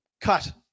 cut